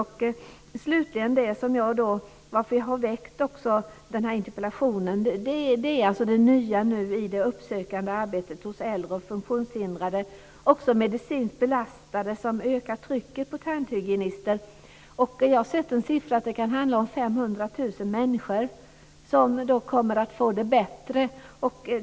En orsak till att jag har väckt den här interpellationen är det nya i det uppsökande arbetet hos äldre och funktionshindrade samt hos medicinskt belastade som ökar trycket på tandhygienister. Jag har sett en siffra att det kan handla om 500 000 människor som kommer att få det bättre.